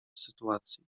sytuacji